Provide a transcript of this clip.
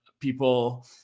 people